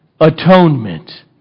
atonement